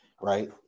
right